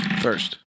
First